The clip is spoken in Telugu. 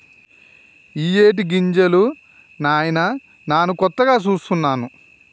ఇయ్యేటి గింజలు నాయిన నాను కొత్తగా సూస్తున్నాను